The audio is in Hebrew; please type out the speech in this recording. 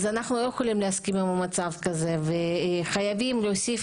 אז אנחנו לא יכולים להסכים עם המצב הזה וחייבים להוסיף,